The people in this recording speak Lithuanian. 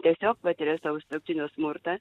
tiesiog patiria savo sutuoktinio smurtą